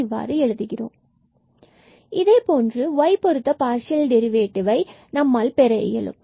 fxxy2xe x2 4y24 4x2 y2 இதேபோன்று y யைப் பொருத்த பஸ்ட் ஆர்டர் டெரிவேட்டிவ்வை நம்மால் பெற இயலும்